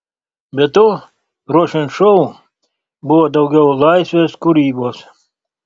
be to ruošiant šou buvo daugiau laisvės kūrybos